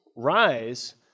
rise